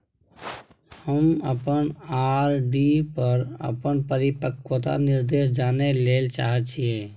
हम अपन आर.डी पर अपन परिपक्वता निर्देश जानय ले चाहय छियै